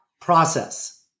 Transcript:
process